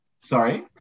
Sorry